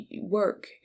work